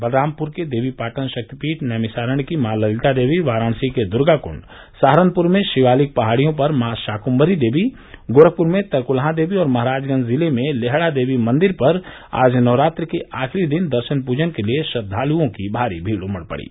बलरामपुर के देवीपाटन शक्ति पीठ नैमिषारण्य की मॉ ललिता देवी वाराणसी के दुर्गाकुण्ड सहारनपुर में शिवालिक पहाड़ियों पर मॉ शाकृम्भरी देवी गोरखपुर में तरकुलहा देवी और महराजगंज जिले में लेहड़ा देवी मंदिर पर आज नवरात्र के आखिरी दिन दर्शन पूजन के लिए श्रद्वाल्ओं की भारी भीड़ उमड़ पड़ी